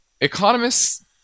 economists